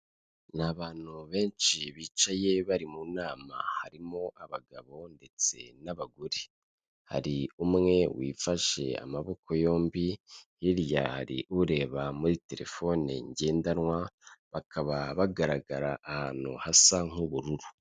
Ni abantu benshi bicaye bari mu nama, harimo abagabo ndetse n'abagore, hari umwe wifashe amaboko yombi, hirya hari ureba muri telefone ngendanwa, bakaba bagaragara ahantu hasa nk'ubururu.